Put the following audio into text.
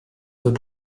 veut